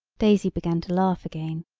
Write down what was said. daisy began to laugh again.